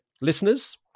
listeners